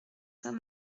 saint